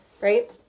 right